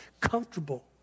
comfortable